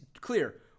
clear